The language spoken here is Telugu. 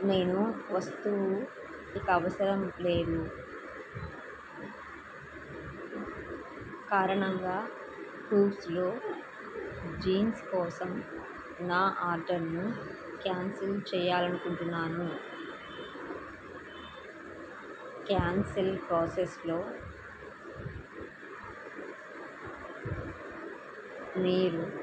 నేను వస్తువు ఇక అవసరం లేదు కారణంగా కూవ్స్లో జీన్స్ కోసం నా ఆర్డర్ను కాన్సిల్ చేయాలి అనుకుంటున్నాను కాన్సిల్ ప్రాసెస్లో మీరు